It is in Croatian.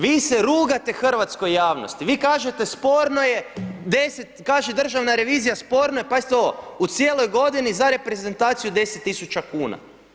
Vi se rugate hrvatskoj javnosti, vi kažete sporno je, 10, kaže državna revizija sporno je, pazite ovo, u cijeloj godini za reprezentaciju 10 tisuća kuna.